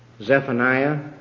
Zephaniah